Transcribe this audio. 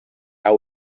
how